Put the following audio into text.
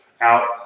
out